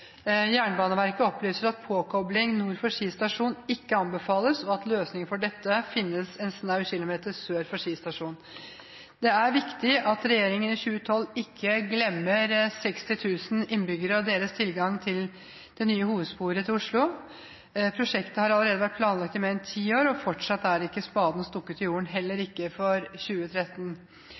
opplyser at påkobling nord for Ski stasjon ikke anbefales, og at løsning for dette finnes en snau kilometer sør for Ski stasjon. Det er viktig at regjeringen i 2012 ikke glemmer 60 000 innbyggere og deres tilgang til det nye hovedsporet til Oslo. Prosjektet har allerede vært planlagt i mer enn 10 år. Fortsatt er ikke spaden stukket i jorden, heller ikke for 2013.